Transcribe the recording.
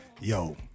Yo